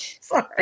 Sorry